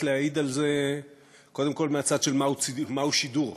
להעיד על זה קודם כול מהצד של מהו שידור.